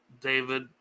David